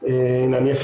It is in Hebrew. זה הלילה או